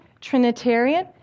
Trinitarian